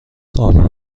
سالها